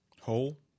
whole